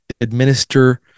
administer